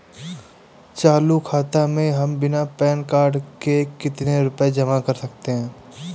चालू खाता में हम बिना पैन कार्ड के कितनी रूपए जमा कर सकते हैं?